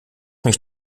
mich